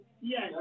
Yes